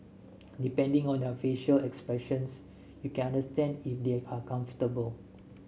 depending on their facial expressions you can understand if they are uncomfortable